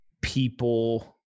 people